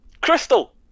Crystal